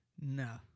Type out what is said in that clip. No